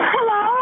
Hello